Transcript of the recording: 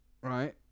Right